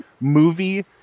movie